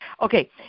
Okay